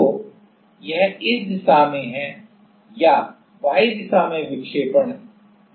तो यह इस दिशा में है या y दिशा में विक्षेपण w है